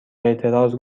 اعتراض